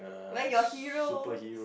where your hero